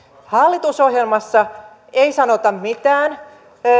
hallitusohjelmassa ei sanota mitään